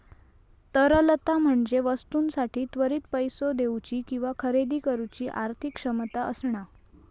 तरलता म्हणजे वस्तूंसाठी त्वरित पैसो देउची किंवा खरेदी करुची आर्थिक क्षमता असणा